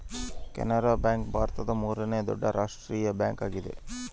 Canara bank ಭಾರತದ ಮೂರನೇ ದೊಡ್ಡ ರಾಷ್ಟ್ರೀಯ ಬ್ಯಾಂಕ್ ಆಗಿದೆ